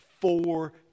four